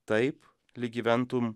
taip lyg gyventum